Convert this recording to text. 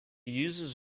uses